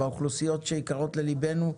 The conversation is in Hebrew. באוכלוסיות שיקרות לליבנו,